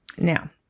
Now